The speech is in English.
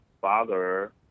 father